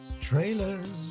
Trailers